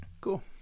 cool